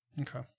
Okay